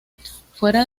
fuera